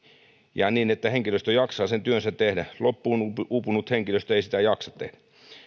ja sitä että henkilöstö jaksaa sen työnsä tehdä loppuun uupunut henkilöstö ei sitä jaksa tehdä